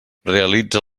realitza